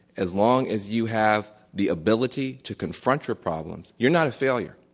as long as you have the ability to confront your problems, you're not a failure.